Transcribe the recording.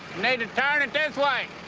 need to turn it this way.